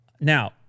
Now